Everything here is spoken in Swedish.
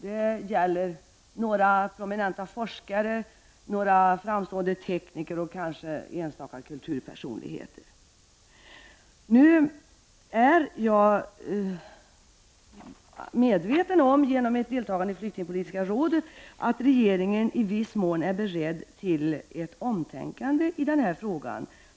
Det gäller några prominenta forskare, några framstående tekniker och kanske enstaka kulturpersonligheter. Genom mitt deltagande i flyktingpolitiska rådet är jag medveten om att regeringen i viss mån är beredd till ett omtänkande i den här frågan.